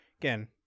again